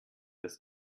das